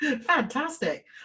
fantastic